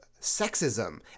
sexism